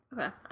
Okay